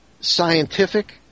scientific